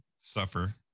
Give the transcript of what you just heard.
suffer